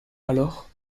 alors